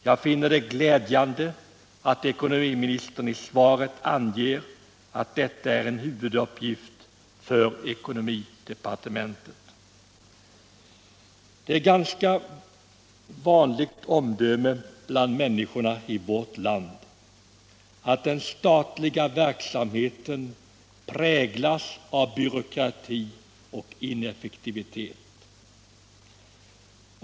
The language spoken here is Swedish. Jag finner det glädjande att ekonomiministern i svaret anger att detta är en huvuduppgift för ekonomidepartementet. Ett ganska vanligt omdöme bland människorna i vårt land är att den statliga verksamheten präglas av byråkrati och ineffektivitet.